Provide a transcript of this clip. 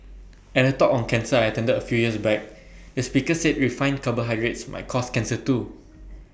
at A talk on cancer I attended A few years back the speaker said refined carbohydrates might cause cancer too